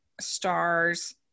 stars